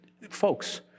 Folks